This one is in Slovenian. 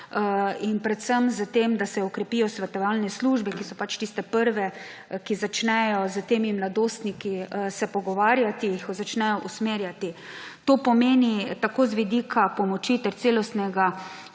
in predvsem s tem, da se okrepijo svetovalne službe, ki so pač tiste prve, ki začnejo s temi mladostniki se pogovarjati, jih začnejo usmerjati. To pomeni tako z vidika pomoči ter celostnega